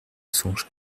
songe